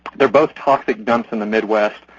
they're both toxic dumps in the midwest,